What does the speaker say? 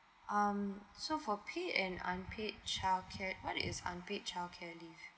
um so for paid and unpaid child care what is unpaid child care leave